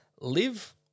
Live